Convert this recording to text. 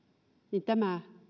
niin tämä